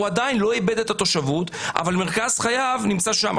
הוא עדיין לא איבד את התושבות אבל מרכז חייו נמצא שם.